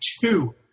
two